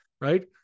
right